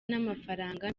n’amafaranga